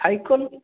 cycle